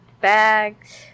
bags